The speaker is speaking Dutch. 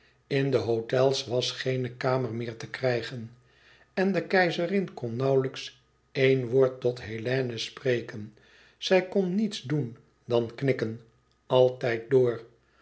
in de hôtels was geene kamer meer te krijgen en de keizerin kon nauwlijks een woord tot hélène spreken zij kon niets doen dan knikken altijd door